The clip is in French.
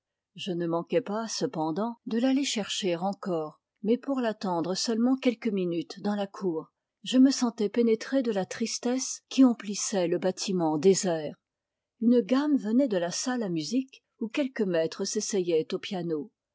je ne manquai pas cependant de l'aller chercher encore mais pour l'attendre seulement quelques minutes dans la cour je me sentais pénétré de la tristesse qui emplissait le bâtiment désert une gamme venait de la salle à musique où quelque maître s'essayait au piano